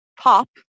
pop